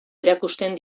erakusten